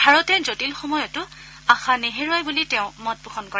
ভাৰতে জটিল সময়তো আশা নেহেৰুৱাই বুলি তেওঁ মত পোষণ কৰে